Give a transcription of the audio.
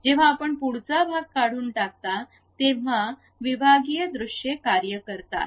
जेव्हा आपण पुढचा भाग काढून टाकता तेव्हा विभागीय दृश्ये कार्य करतात